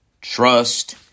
trust